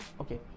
okay